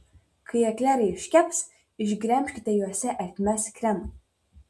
kai eklerai iškeps išgremžkite juose ertmes kremui